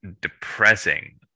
depressing